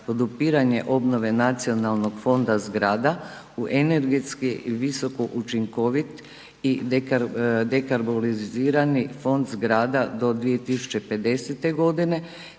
podupiranje obnove nacionalnog fonda zgrada u energetski visokoučinkovit i dekarbolizirani fond zgrada do 2050.g.,